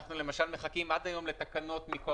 אנחנו למשל מחכים עד היום לתקנות מכוח